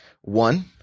One